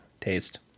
taste